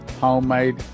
homemade